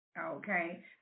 Okay